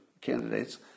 candidates